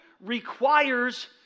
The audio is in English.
requires